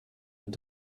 mit